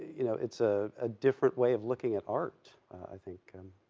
you know, it's a, a different way of looking at art, i think.